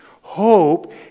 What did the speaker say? Hope